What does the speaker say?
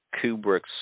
Kubrick's